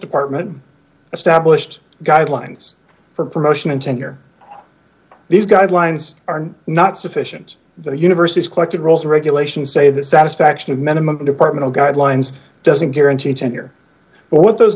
department established guidelines for promotion and tenure these guidelines are not sufficient the universities collected rules regulations say the satisfaction of minimum department guidelines doesn't guarantee to hear what those